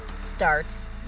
Starts